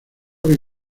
que